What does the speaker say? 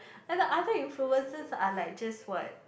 and the other influencers are like just what